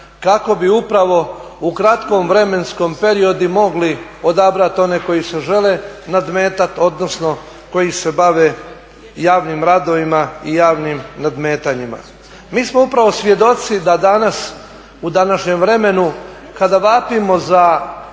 kako bi upravo u kratkom vremenskom periodu mogli odabrati one koji se žele nadmetati odnosno koji se bave javnim radovima i javnim nadmetanjima. Mi smo upravo svjedoci da danas u današnjem vremenu kada vapimo za